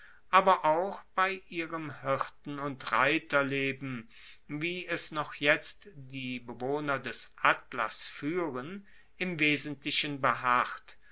aber auch bei ihrem hirten und reiterleben wie es noch jetzt die bewohner des atlas fuehren im wesentlichen beharrt